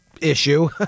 issue